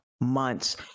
months